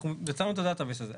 אנחנו יצרנו את ה-data base הזה.